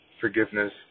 forgiveness